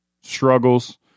struggles